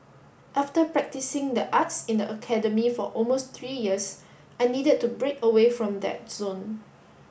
after practising the arts in the academy for almost three years I needed to break away from that zone